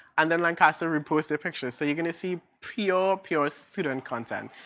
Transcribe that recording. and then lancaster reports their picture. so you're going to see pure, pure student content,